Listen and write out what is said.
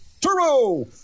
Turbo